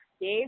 Dave